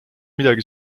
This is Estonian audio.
midagi